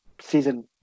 season